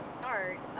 start